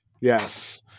Yes